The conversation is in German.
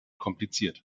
kompliziert